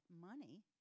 money